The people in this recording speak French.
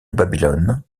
babylone